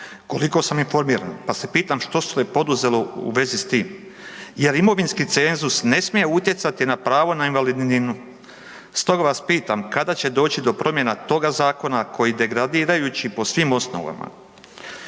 Koliko sam informiran pa se pitam što se poduzelo u vezi s tim, jer imovinski cenzus ne smije utjecati na pravo na invalidninu. Stoga vas pitam, kada će doći do promjena toga zakona koji degradirajući po svim osnovama.